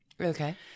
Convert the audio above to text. Okay